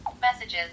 Messages